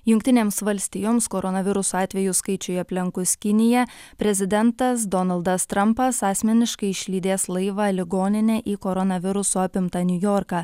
jungtinėms valstijoms koronaviruso atvejų skaičiui aplenkus kiniją prezidentas donaldas trampas asmeniškai išlydės laivą ligoninę į koronaviruso apimtą niujorką